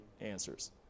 answers